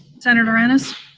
senator ennis?